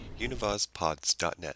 UnivazPods.net